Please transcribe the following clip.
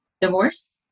divorce